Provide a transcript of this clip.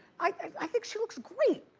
i think she looks great!